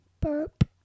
Burp